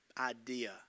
idea